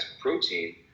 protein